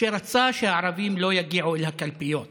שרצה שהערבים לא יגיעו לקלפיות